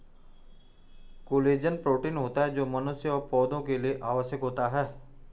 collagen protein होता है जो मनुष्य व पौधा के लिए आवश्यक होता है